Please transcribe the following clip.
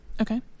Okay